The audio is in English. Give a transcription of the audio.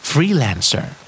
Freelancer